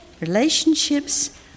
relationships